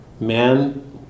man